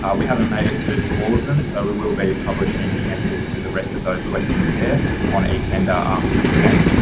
um we haven't made it to, to all of them. so we will be publishing answers to the rest of those questions. they're on etender after the event.